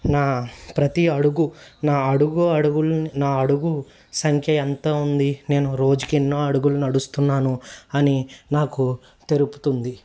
నా ప్రతి అడుగు నా అడుగు అడుగులు నా అడుగు సంఖ్య ఎంత ఉంది నేను రోజుకి ఎన్నో అడుగులు నడుస్తున్నాను అని నాకు తెరుపుతుంది